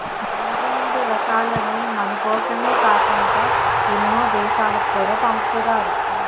నూజివీడు రసాలను మనకోసమే కాకుండా ఎన్నో దేశాలకు కూడా పంపుతారు